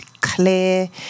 clear